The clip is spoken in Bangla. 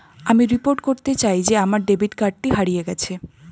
আমি রিপোর্ট করতে চাই যে আমার ডেবিট কার্ডটি হারিয়ে গেছে